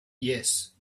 yes